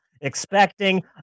expecting